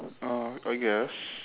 um I guess